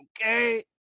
Okay